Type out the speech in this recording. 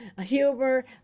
Humor